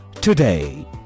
today